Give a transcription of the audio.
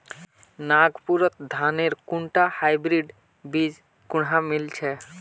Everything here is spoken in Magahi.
नागपुरत धानेर कुनटा हाइब्रिड बीज कुहा मिल छ